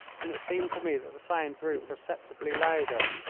and it seemed to me that the sound grew perceptibly louder,